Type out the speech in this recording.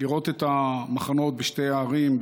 לראות את המחנות בשתי הערים,